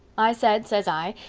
i said, says i,